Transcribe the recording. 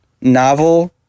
novel